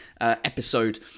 episode